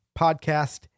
Podcast